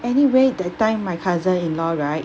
anyway that time my cousin in-law right